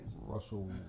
Russell